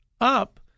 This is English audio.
up